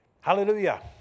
Hallelujah